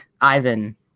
Ivan